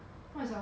oh